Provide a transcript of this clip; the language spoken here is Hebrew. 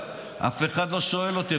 אף אחד לא שואל אותי.